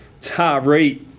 Tari